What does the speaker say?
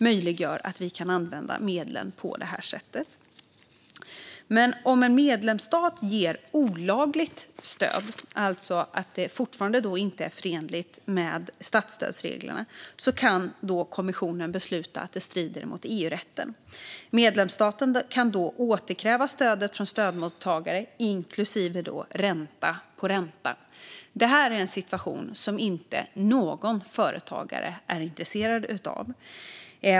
Om en medlemsstat ger olagligt stöd, alltså att det fortfarande inte är förenligt med statsstödsreglerna, kan kommissionen besluta att det strider mot EU-rätten. Medlemsstaten kan då återkräva stödet från stödmottagare, inklusive ränta på ränta. Det här är en situation som inte någon företagare är intresserad av.